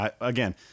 again